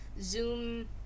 Zoom